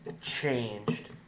changed